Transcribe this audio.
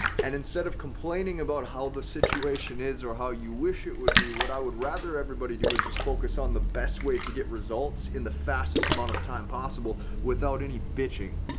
and instead of complaining about how the situation is or how you wish it would be, what i would rather everybody do is just focus on the best way to get results in the fastest amount of time possible, without any bitching,